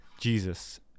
Jesus